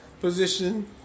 position